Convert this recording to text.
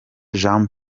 jean